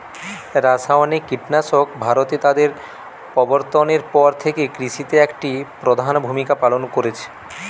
রাসায়নিক কীটনাশক ভারতে তাদের প্রবর্তনের পর থেকে কৃষিতে একটি প্রধান ভূমিকা পালন করেছে